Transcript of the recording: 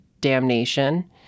damnation